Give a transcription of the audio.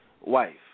wife